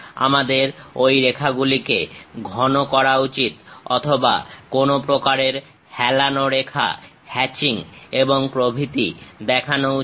আমাদের ঐ রেখাগুলিকে ঘন করা উচিত অথবা কোনো প্রকারের হেলানো রেখা হ্যাচিং এবং প্রভৃতি দেখানো উচিত